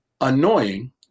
annoying